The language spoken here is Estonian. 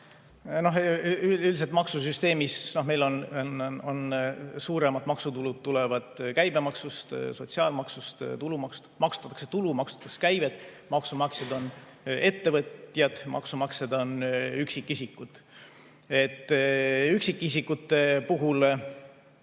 Üldiselt maksusüsteemis meil suuremad maksutulud tulevad käibemaksust ja sotsiaalmaksust, maksustatakse tulu ja maksustatakse käivet, maksumaksjad on ettevõtjad ja maksumaksjad on üksikisikud. Üksikisikute puhul